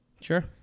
Sure